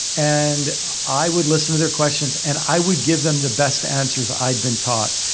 and i would listen to their questions and i would give them the best answers i'd been taught.